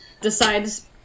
decides